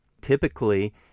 Typically